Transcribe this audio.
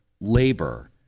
labor